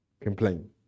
Complain